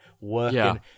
working